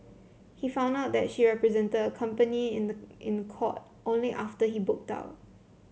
he found out that she represented the company in the in the court only after he booked out